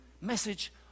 message